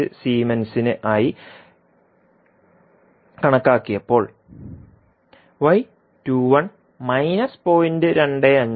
05 സീമെൻസിന് ആയി കണക്കാക്കിയപ്പോൾ 0